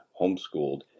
homeschooled